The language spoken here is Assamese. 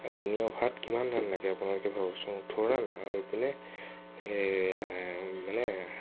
আৰু তিনি অভাৰত কিমান ৰাণ লাগে আপোনালোকে ভাবকচোন ওঠৰ ৰাণ আৰু ইপিনে এই মানে